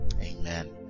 Amen